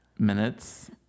Minutes